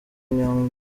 inyigo